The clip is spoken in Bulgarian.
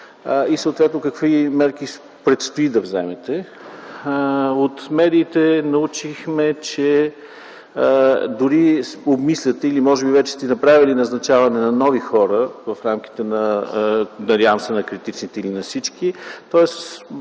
и съответно какви мерки предстои да вземете. От медиите научихме, че дори обмисляте или може би вече сте направили назначаване на нови хора в рамките, надявам се, на критиците или на всички. Тоест